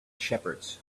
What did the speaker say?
shepherds